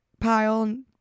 pile